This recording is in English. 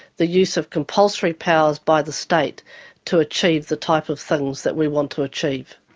the use of compulsory powers by the state to achieve the type of things that we want to achieve.